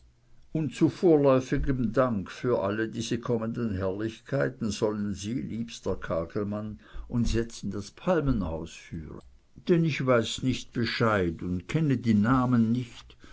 und zu vorläufigem dank für all diese kommenden herrlichkeiten sollen sie liebster kagelmann uns jetzt in das palmenhaus führen denn ich weiß nicht bescheid und kenne die namen nicht